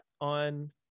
on